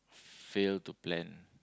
fail to plan